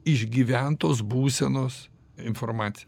išgyventos būsenos informaciją